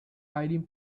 hiding